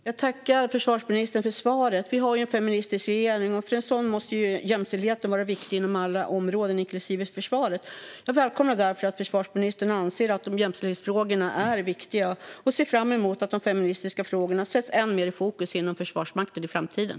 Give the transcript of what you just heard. Herr ålderspresident! Jag tackar försvarsministern för svaret. Vi har ju en feministisk regering, och för en sådan måste jämställdheten vara viktig inom alla områden, inklusive försvaret. Jag välkomnar därför att försvarsministern anser att jämställdhetsfrågorna är viktiga, och jag ser fram emot att de feministiska frågorna sätts än mer i fokus inom Försvarsmakten i framtiden.